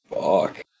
Fuck